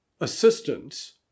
assistance